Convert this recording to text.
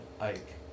Ike